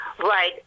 Right